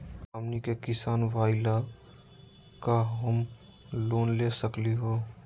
हमनी के किसान भईल, का हम लोन ले सकली हो?